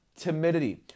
timidity